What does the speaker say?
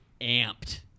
amped